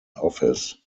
office